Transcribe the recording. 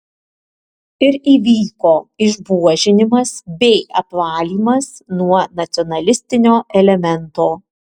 ir įvyko išbuožinimas bei apvalymas nuo nacionalistinio elemento